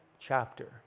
chapter